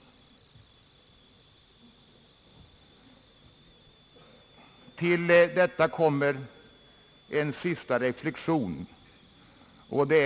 Till detta kommer en sista reflexion.